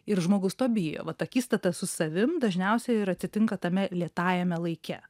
ir žmogus to bijo vat akistata su savim dažniausiai ir atsitinka tame lėtajame laike